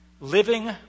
Living